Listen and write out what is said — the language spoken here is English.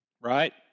Right